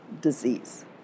disease